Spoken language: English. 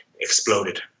exploded